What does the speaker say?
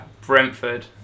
Brentford